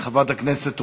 הצעת חוק הביטוח הלאומי (תיקון מס' 163),